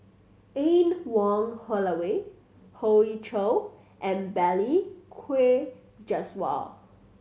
Anne Wong Holloway Hoey Choo and Balli Kaur Jaswal